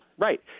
Right